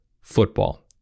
football